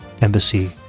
Embassy